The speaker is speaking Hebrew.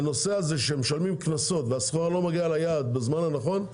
שמשלמים קנסות והסחורה לא מגיעה ליעד בזמן הנכון,